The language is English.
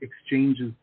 exchanges